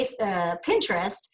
Pinterest